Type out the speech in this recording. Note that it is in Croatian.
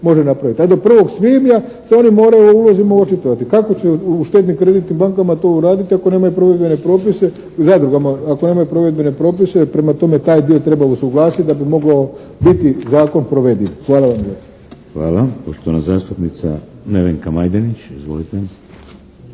može napraviti. Do 1. svibnja se oni moraju o ulozima očitovati. Kako će u štedno-kreditnim bankama to uraditi ako nemaju provedbene propise, zadrugama ako nemaju provedbene propise. Prema tome, taj dio treba usuglasiti da bi mogao biti zakon provediv. Hvala vam lijepa. **Šeks, Vladimir (HDZ)** Hvala. Poštovana zastupnica Nevenka Majdenić. Izvolite!